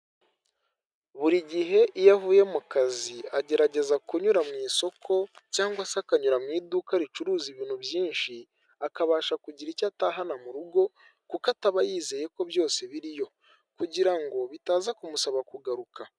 Buri gihe iyo avuye mu kazi agerageza kunyura mu isoko, cyangwa se akanyura mu iduka ricuruza ibintu byinshi, akabasha kugira icyo atahana mu rugo, kuko ataba yizeye ko byose biri yo. Kugira ngo bitaza kumusaba kugaruka.